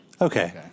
Okay